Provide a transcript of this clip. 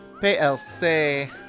PLC